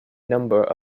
number